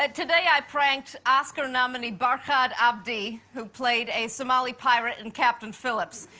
ah today i pranked oscar nominee barkhad abdi, who played a somali pirate in captain phillips.